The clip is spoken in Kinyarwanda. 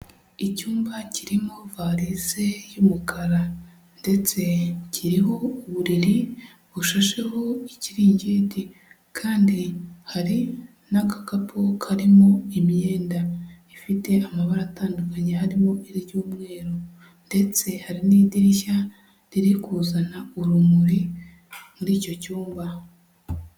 Icyumba kirimo varize y'umukara, ndetse kiriho uburiri bushasheho ikiringiti, kandi hari n'agakapu karimo imyenda ifite amabara atandukanye harimo iry'umweru, ndetse hari n'idirishya riri kuzana urumuri muri icyo cyumba.